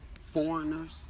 foreigners